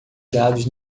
dados